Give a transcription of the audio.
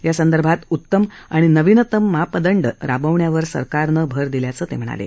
यासंदर्भात उत्तम आणि नवीनतम मापदंड राबवण्यावर सरकारनं भर दिल्याचं ते म्हणाले